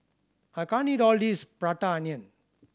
I can't eat all this Prata Onion